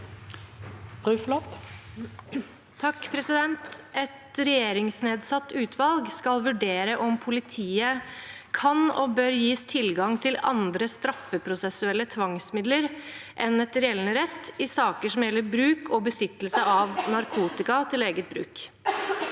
(H) «Et regjeringsnedsatt utvalg skal vurdere om politiet kan og bør gis tilgang til andre straffeprosessuelle tvangsmidler enn etter gjeldende rett i saker som gjelder bruk og besittelse av narkotika til eget bruk.